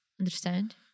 Understand